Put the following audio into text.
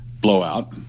blowout